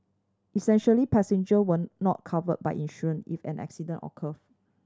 essentially passenger were not covered by insurance if an accident occurred